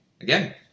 Again